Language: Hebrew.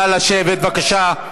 נא לשבת, בבקשה.